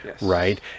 Right